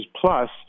plus